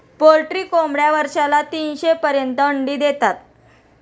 poultry कोंबड्या वर्षाला तीनशे पर्यंत अंडी देतात